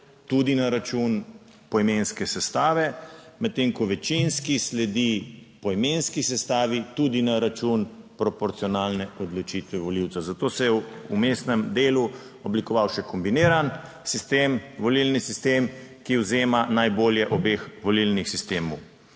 tudi na račun poimenske sestave, medtem ko večinski sledi poimenski sestavi tudi na račun proporcionalne odločitve volivcev. Zato se je v vmesnem delu oblikoval še kombiniran sistem, volilni sistem, ki vzema najbolje obeh volilnih sistemov.